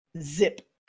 Zip